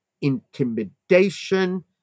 intimidation